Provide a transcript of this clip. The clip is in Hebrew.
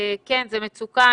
כן, זו מצוקה.